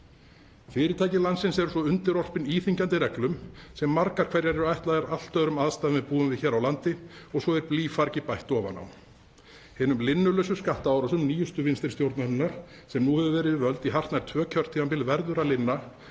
Fyrirtæki landsins eru svo undirorpin íþyngjandi reglum, sem margar hverjar eru ætlaðar allt öðrum aðstæðum en við búum við hér á landi, og svo er blýfargi bætt ofan á. Hinum linnulausu skattaárásum vinstri stjórnarinnar, sem nú hefur verið við völd í hartnær tvö kjörtímabil, verður að linna